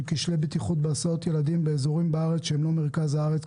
כשלי בטיחות בהסעות ילדים באזורים בארץ שהם לא מרכז הארץ,